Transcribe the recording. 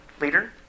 leader